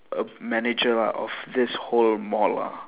a manager ah of this whole mall lah